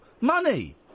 money